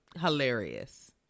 hilarious